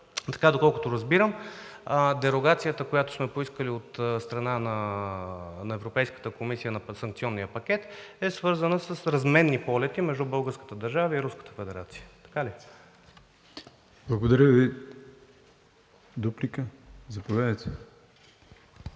Тоест, доколкото разбирам, дерогацията, която сме поискали от страна на Европейската комисия на санкционния пакет, е свързана с разменни полети между българската държава и Руската федерация – така ли е?